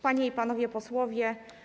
Panie i Panowie Posłowie!